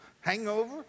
Hangover